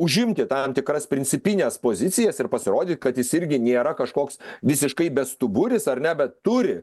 užimti tam tikras principines pozicijas ir pasirodė kad jis irgi nėra kažkoks visiškai bestuburis ar ne bet turi